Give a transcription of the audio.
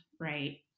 right